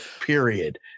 period